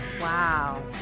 Wow